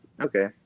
Okay